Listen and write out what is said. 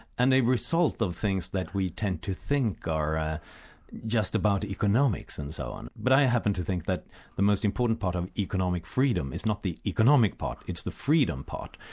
and a result of things that we tend to think are ah just about economics and so on, but i happen to think that the most important part of economic freedom is not the economic part, it's the freedom part,